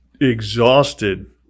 exhausted